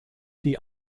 die